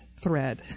thread